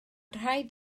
rhaid